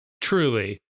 truly